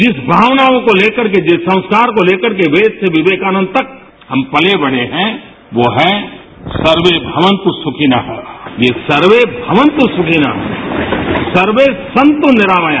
जिस भावनाओं को लेकर जिस संस्कार को लेकर के वेद से विवेकानन्द तक हम पले बढ़े हैं वो है सर्वे भवन्तु सुखिनस ये सर्वे मवन्तु सुखिनरू सर्वे सन्तु निरामया